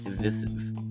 divisive